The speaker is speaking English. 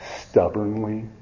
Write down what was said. stubbornly